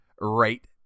right